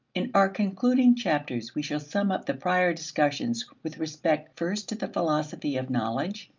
in our concluding chapters we shall sum up the prior discussions with respect first to the philosophy of knowledge,